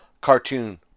Cartoon